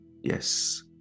Yes